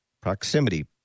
proximity